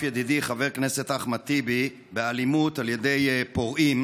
ידידי חבר הכנסת אחמד טיבי באלימות על ידי פורעים,